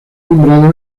nombrado